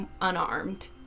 unarmed